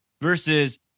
versus